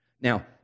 Now